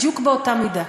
בדיוק באותה מידה.